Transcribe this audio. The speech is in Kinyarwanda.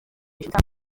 gutanga